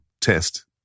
test